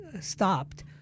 stopped